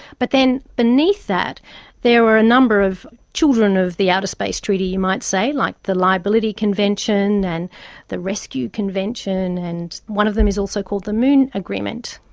but then beneath that there were a number of children of the outer space treaty, you might say, like the liability convention and the rescue convention, and one of them is also called the moon agreement.